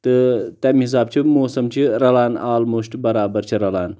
تہٕ تمہِ حساب چھ موسم چھ رلان آلموسٹ برابر چھ رلان